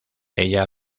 ella